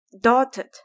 dotted